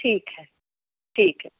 ٹھیک ہے ٹھیک ہے